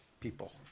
people